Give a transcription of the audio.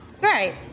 Great